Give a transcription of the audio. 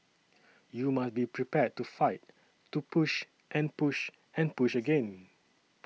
you must be prepared to fight to push and push and push again